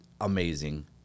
Amazing